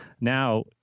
Now